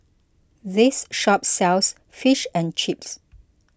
this shop sells Fish and Chips